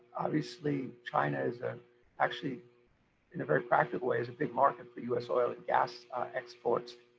obviously china is actually in a very practical way is a big market for us oil and gas exports,